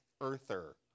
earther